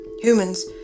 Humans